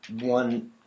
One